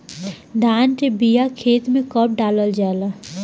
धान के बिया खेत में कब डालल जाला?